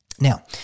Now